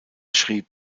schrieb